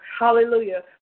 hallelujah